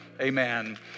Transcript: Amen